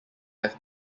have